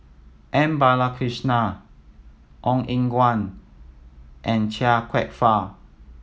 M Balakrishnan Ong Eng Guan and Chia Kwek Fah